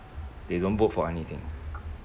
they don't vote for anything